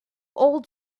old